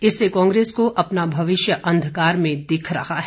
इससे कांग्रेस को अपना भविष्य अंधकार में दिख रहा है